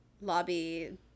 lobby